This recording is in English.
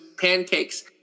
pancakes